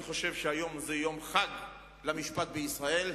אני חושב שהיום הוא יום חג למשפט בישראל.